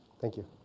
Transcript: thank you.